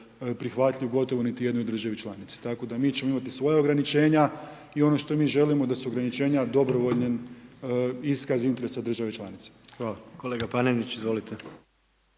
prihvatljiv gotovo niti jednoj državi članici, tako da mi ćemo imati svoja ograničenja i ono što mi želimo da su ograničenja dobrovoljan iskaz interesa države članice. Hvala. **Jandroković, Gordan